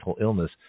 illness